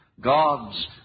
God's